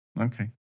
Okay